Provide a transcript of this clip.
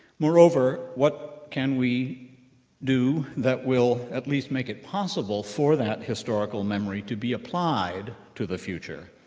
moreover, what can we do that will at least make it possible for that historical memory to be applied to the future,